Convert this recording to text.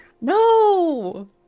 No